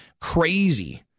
crazy